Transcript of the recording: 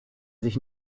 sich